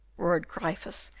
roared gryphus,